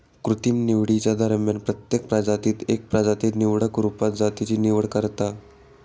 कृत्रिम निवडीच्या दरम्यान प्रत्येक प्रजातीत एक प्रजाती निवडक रुपात जातीची निवड करता